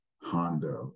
Honda